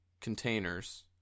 containers